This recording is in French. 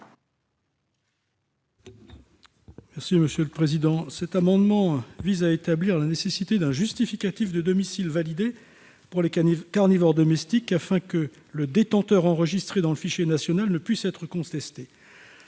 M. Arnaud Bazin. Cet amendement vise à établir la nécessité d'un justificatif de domicile validé pour les carnivores domestiques, afin que le détenteur enregistré dans le fichier national ne puisse être contesté.